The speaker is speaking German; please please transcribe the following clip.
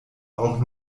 auch